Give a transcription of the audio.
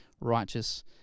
righteous